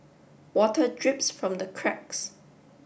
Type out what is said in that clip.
water drips from the cracks